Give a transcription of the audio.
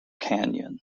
canyon